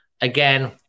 again